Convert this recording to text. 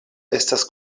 estas